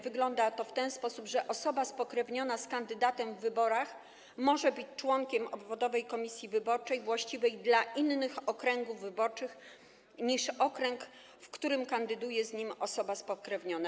Wygląda to w ten sposób, że osoba spokrewniona z kandydatem w wyborach może być członkiem obwodowej komisji wyborczej właściwej dla innych okręgów wyborczych niż okręg, w którym kandyduje osoba z nią spokrewniona.